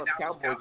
Cowboys